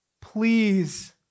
please